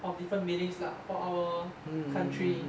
of different meanings lah for our country